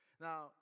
Now